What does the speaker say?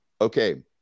okay